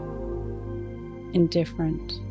indifferent